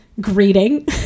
greeting